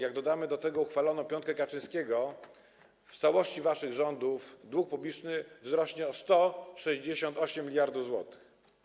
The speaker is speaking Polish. Jak dodamy do tego uchwaloną piątkę Kaczyńskiego, za waszych rządów dług publiczny wzrośnie o 168 mld zł.